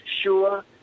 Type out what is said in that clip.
sure